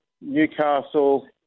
Newcastle